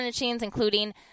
including